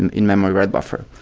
and in memory write buffer.